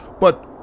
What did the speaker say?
but-